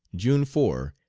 june four,